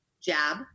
jab